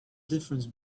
difference